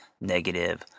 negative